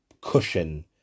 cushion